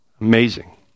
Amazing